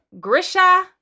Grisha